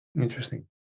interesting